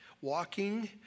walking